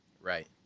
right